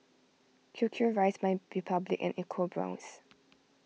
Q Q Rice MyRepublic and EcoBrown's